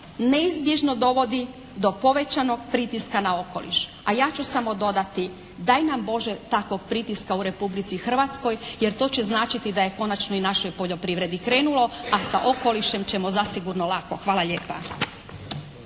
neizbježno dovodi do povećanog pritiska na okoliš, a ja ću samo dodati daj nam Bože takvog pritiska u Republici Hrvatskoj jer to će značiti da je konačno i našoj poljoprivredi krenulo, a sa okolišem ćemo zasigurno lako. Hvala lijepa.